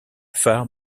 phares